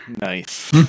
Nice